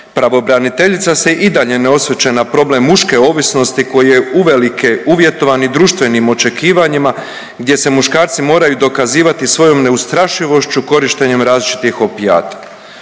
pravobraniteljica se i dalje ne osvrće na problem muške ovisnosti koji je uvelike uvjetovan i društvenim očekivanjima gdje se muškarci moraju dokazivati svojom neustrašivošću korištenjem različitih opijata.